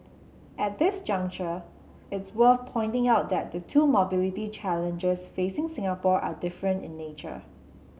at this juncture it's worth pointing out that the two mobility challenges facing Singapore are different in nature